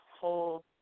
whole